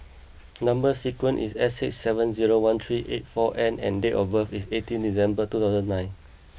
number sequence is S six seven zero one three eight four N and date of birth is eighteen December two thousand nine